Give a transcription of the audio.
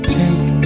take